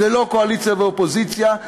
זה לא קואליציה ואופוזיציה,